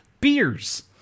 Beers